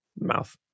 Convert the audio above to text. mouth